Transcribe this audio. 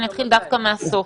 אני אתחיל דווקא מהסוף.